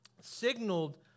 signaled